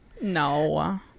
No